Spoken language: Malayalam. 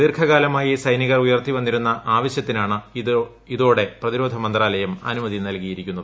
ദീർഘകാലമായി സൈനികർ ഉയർത്തി വന്നിരുന്ന ആവശ്യത്തിനാണ് ഇതോടെ പ്രതിരോധ മന്ത്രാലയം അനുമതി നൽകിയിരിക്കുന്നത്